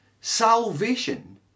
salvation